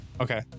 Okay